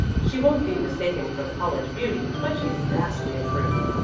she won't be mistaken for the college beauty, but she's vastly improved.